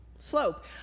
slope